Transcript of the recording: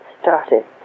started